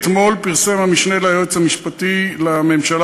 אתמול פרסם המשנה ליועץ המשפטי לממשלה